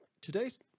today's